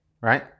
right